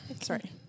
Sorry